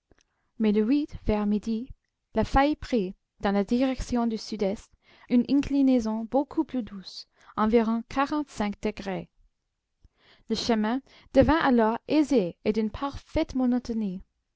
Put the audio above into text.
vers midi la faille prit dans la direction du sud-est une inclinaison beaucoup plus douce environ quarante-cinq degrés le chemin devint alors aisé et d'une parfaite monotonie